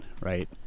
right